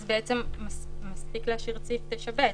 אז בעצם מספיק להשאיר את סעיף 9(ב).